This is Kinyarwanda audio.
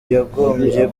yagombye